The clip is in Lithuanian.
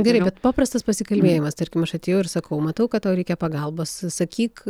gerai bet paprastas pasikalbėjimas tarkim aš atėjau ir sakau matau kad tau reikia pagalbos sakyk